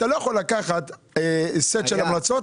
אתה לא יכול לקחת סט של המלצות,